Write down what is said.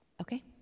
Okay